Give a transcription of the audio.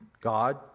God